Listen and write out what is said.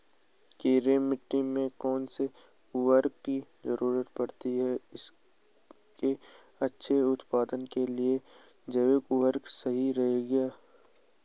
Clay मिट्टी में कौन से उर्वरक की जरूरत पड़ती है इसके अच्छे उत्पादन के लिए क्या जैविक उर्वरक सही रहेगा?